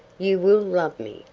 you will love me,